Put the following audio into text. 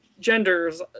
genders